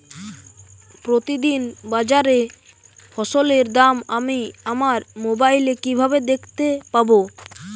প্রতিদিন বাজারে ফসলের দাম আমি আমার মোবাইলে কিভাবে দেখতে পাব?